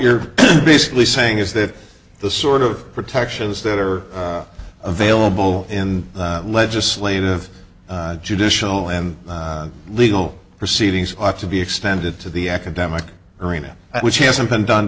you're basically saying is that the sort of protections that are available in legislative judicial and legal proceedings ought to be extended to the academic arena which hasn't been done